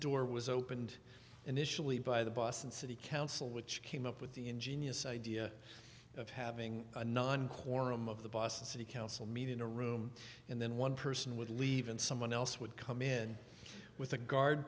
door was opened in initially by the boston city council which came up with the ingenious idea of having a non quorum of the boston city council meeting in a room and then one person would leave and someone else would come in with a guard